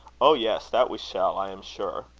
oh! yes, that we shall, i am sure.